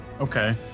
Okay